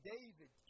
David